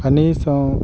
కనీసం